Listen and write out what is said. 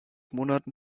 monaten